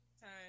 time